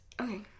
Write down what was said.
okay